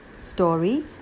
story